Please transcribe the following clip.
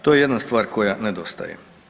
To je jedna stvar koja nedostaje.